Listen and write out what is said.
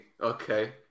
Okay